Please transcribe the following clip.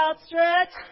outstretched